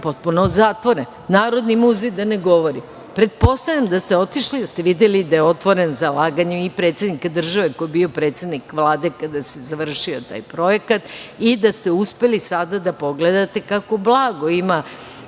da ne govorim. Narodni muzej, da ne govorim, pretpostavljam da ste otišli, da ste videli da je otvoren zalaganjem i predsednika države koji je bio predsednik Vlade kada se završio taj projekat i da ste uspeli sada da pogledate kako blago ima